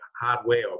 hardware